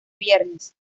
viernes